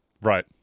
Right